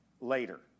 later